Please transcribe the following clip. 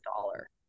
dollar